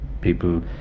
people